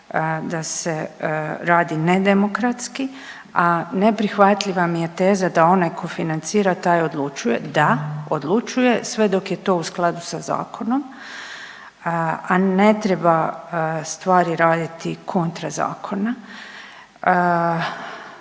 da se radi ne demokratski, a neprihvatljiva mi je teza da onaj ko financira taj i odlučuje. Da, odlučuje sve dok je to u skladu sa zakonom, a ne treba stvari raditi kontra zakona.